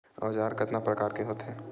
औजार कतना प्रकार के होथे?